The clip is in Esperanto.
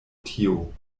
tio